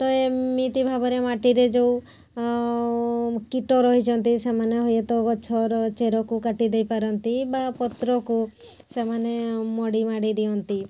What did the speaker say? ତ ଏମିତି ଭାବରେ ମାଟିରେ ଯେଉଁ କୀଟ ରହିଛନ୍ତି ସେମାନେ ହୁଏତ ଗଛର ଚେରକୁ କାଟିଦେଇପାରନ୍ତି ବା ପତ୍ରକୁ ସେମାନେ ମୋଡ଼ିମାଡ଼ି ଦିଅନ୍ତି